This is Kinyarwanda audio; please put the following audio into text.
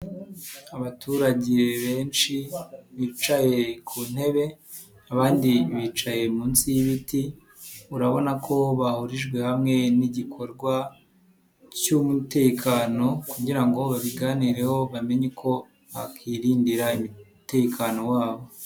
Abaturage benshi bicaye ku ntebe abandi bicaye munsi y'ibiti, urabona ko bahurijwe hamwe n'igikorwa cy'umutekano kugira ngo babiganireho bamenye uko bakirindira umutekano wabo.